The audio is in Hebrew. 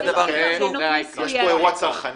יש פה אירוע צרכני.